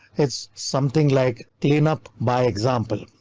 it's something like clean up by example.